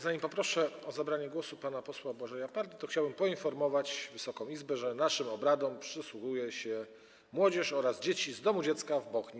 Zanim poproszę o zabranie głosu pana posła Błażeja Pardę, to chciałbym poinformować Wysoką Izbę, że naszym obradom przysłuchuje się młodzież oraz dzieci z Domu Dziecka w Bochni.